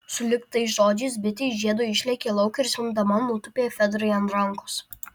sulig tais žodžiais bitė iš žiedo išlėkė lauk ir zvimbdama nutūpė fedrai ant rankos